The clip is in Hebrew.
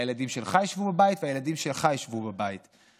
הילדים שלך ישבו בבית, והילדים שלך ישבו בבית.